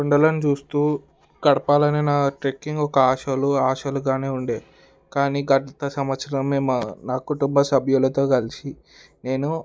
కొండలను చూస్తూ గడపాలని నా ట్రెక్కింగ్ ఒక ఆశలు ఆశలు గానే ఉండే కానీ గత సంవత్సరమే మా నా కుటుంబ సభ్యులతో కలిసి నేను